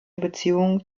beziehung